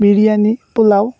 biryani pulao